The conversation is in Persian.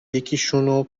یکیشون